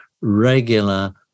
regular